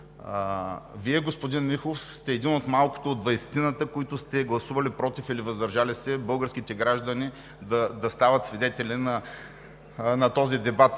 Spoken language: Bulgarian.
Вие, господин Михов, сте един от малкото – от двайсетината, които сте гласували „против“ или „въздържал се“ българските граждани да стават свидетели на този дебат.